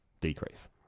decrease